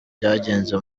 byagenze